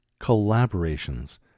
collaborations